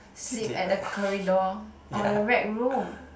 sleep at the corridor or the rec room